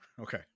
okay